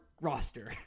roster